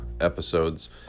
episodes